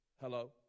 Hello